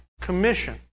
commission